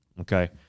okay